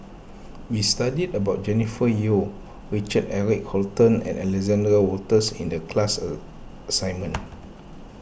we studied about Jennifer Yeo Richard Eric Holttum and Alexander Wolters in the class assignment